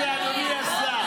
--- אדוני השר.